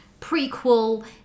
prequel